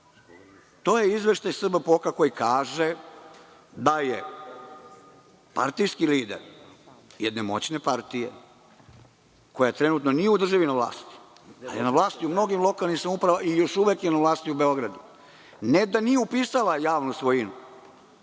To je izveštaj SBPOK koji kaže da je partijski lider jedne moćne partije koja trenutno nije u državi na vlasti, ali je na vlasti u mnogim lokalnim samoupravama i još uvek je na vlasti u Beogradu, ne da nije upisala javnu svojinu,